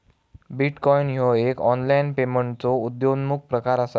bitcoin ह्यो एक online पेमेंटचो उद्योन्मुख प्रकार असा